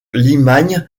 limagne